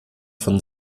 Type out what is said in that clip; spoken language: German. von